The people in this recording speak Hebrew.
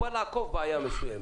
שבא לעקוף בעיה מסוימת.